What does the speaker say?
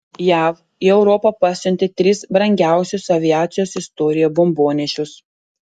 jav į europą pasiuntė tris brangiausius aviacijos istorijoje bombonešius